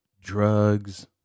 drugs